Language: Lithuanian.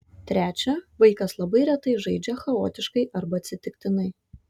trečia vaikas labai retai žaidžia chaotiškai arba atsitiktinai